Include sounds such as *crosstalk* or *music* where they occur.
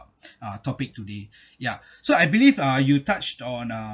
uh topic today ya *breath* so I believe uh you touched on uh